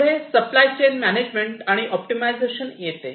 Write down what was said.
पुढे supply chain management आणि optimisation येते